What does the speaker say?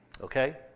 Okay